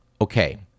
okay